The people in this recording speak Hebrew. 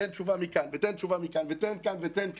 תן תשובה מכאן ותן תשובה מכאן ותן כאן ותן כאן,